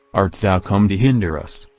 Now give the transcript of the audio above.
art thou come to hinder us?